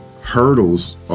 hurdles